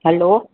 hello